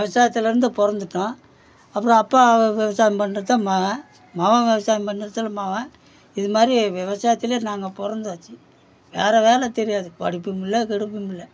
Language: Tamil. விவசாயத்திலேருந்து பிறந்துட்டோம் அப்புறம் அப்பா விவசாயம் பண்ணுறத மகன் மகன் விவசாயம் பண்ணுறத மகன் இதுமாதிரி விவசாயத்தில் நாங்கள் பிறந்தாச்சு வேறே வேலை தெரியாது படிப்பும் இல்லை கிடிப்பும் இல்லை